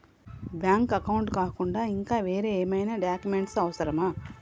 Bank account కాకుండా ఇంకా వేరే ఏమైనా డాక్యుమెంట్స్ అవసరమా?